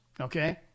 Okay